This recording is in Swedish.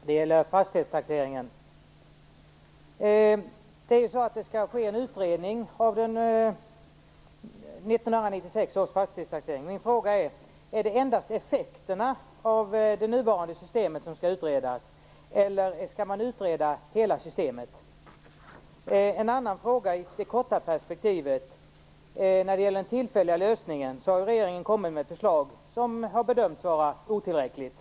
Fru talman! Jag har en fråga till skatteminister Thomas Östros. Det gäller fastighetstaxeringen. Det skall ske en utredning av 1996 års fastighetstaxering. Min fråga är: Är det endast effekterna av det nuvarande systemet som skall utredas, eller skall man utreda hela systemet? Jag har också en fråga som rör det korta perspektivet. Regeringen har kommit med ett förslag till en tillfällig lösning som har bedömts vara otillräckligt.